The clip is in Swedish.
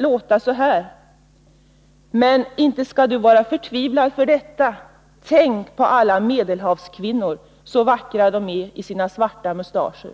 låta så här: Men inte skall du vara så förtvivlad för detta — tänk på alla medelhavskvinnor, så vackra de är i sina svarta mustascher!